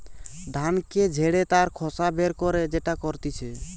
ধানকে ঝেড়ে তার খোসা বের করে যেটা করতিছে